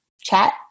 chat